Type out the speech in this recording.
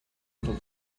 little